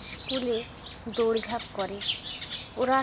স্কুলে দৌড়ঝাঁপ করে ওরা